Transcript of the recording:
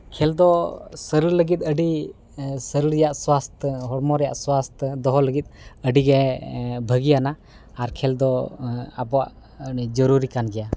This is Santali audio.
ᱠᱷᱮᱞ ᱫᱚ ᱥᱚᱨᱤᱨ ᱞᱟᱹᱜᱤᱫ ᱟᱹᱰᱤ ᱥᱚᱨᱤᱨ ᱨᱮᱭᱟᱜ ᱥᱟᱥᱛᱷ ᱦᱚᱲᱢᱚ ᱨᱮᱭᱟᱜ ᱥᱟᱥᱛᱷᱚ ᱫᱚᱦᱚ ᱞᱟᱹᱜᱤᱫ ᱟᱹᱰᱤ ᱜᱮ ᱵᱷᱟᱹᱜᱤᱭᱟᱱᱟ ᱟᱨ ᱠᱷᱮᱞ ᱫᱚ ᱟᱵᱚᱣᱟᱜ ᱟᱹᱰᱤ ᱡᱩᱨᱩᱨᱤ ᱠᱟᱱᱜᱮᱭᱟ